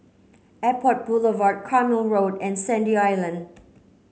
Airport Boulevard Carpmael Road and Sandy Island